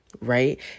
Right